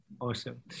Awesome